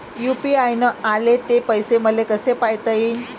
UPI न आले ते पैसे मले कसे पायता येईन?